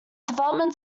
development